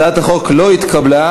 הצעת החוק לא התקבלה.